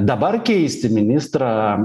dabar keisti ministrą